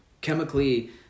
chemically